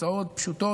הוצאות פשוטות,